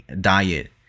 diet